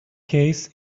case